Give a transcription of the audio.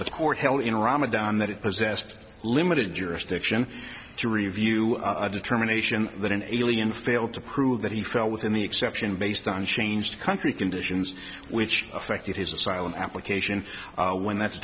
it possessed limited jurisdiction to review a determination that an alien failed to prove that he fell within the exception based on changed country conditions which affected his asylum application when that's